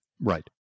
Right